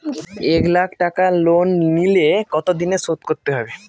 এক লাখ টাকা লোন নিলে কতদিনে শোধ করতে হবে?